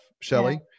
Shelly